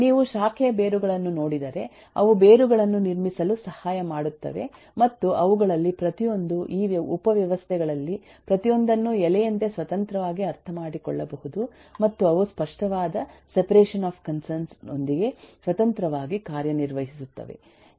ನೀವು ಶಾಖೆಯ ಬೇರುಗಳನ್ನು ನೋಡಿದರೆ ಅವು ಬೇರುಗಳನ್ನು ನಿರ್ಮಿಸಲು ಸಹಾಯ ಮಾಡುತ್ತವೆ ಮತ್ತು ಅವುಗಳಲ್ಲಿ ಪ್ರತಿಯೊಂದೂ ಈ ಉಪವ್ಯವಸ್ಥೆಗಳಲ್ಲಿ ಪ್ರತಿಯೊಂದನ್ನು ಎಲೆಯಂತೆ ಸ್ವತಂತ್ರವಾಗಿ ಅರ್ಥಮಾಡಿಕೊಳ್ಳಬಹುದು ಮತ್ತು ಅವು ಸ್ಪಷ್ಟವಾದ ಸೆಪರೇಷನ್ ಆಫ್ ಕನ್ಸರ್ನ್ಸ್ ಯೊಂದಿಗೆ ಸ್ವತಂತ್ರವಾಗಿ ಕಾರ್ಯ ನಿರ್ವಹಿಸುತ್ತವೆ